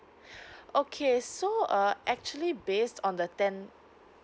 okay so uh actually based on the ten